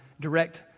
direct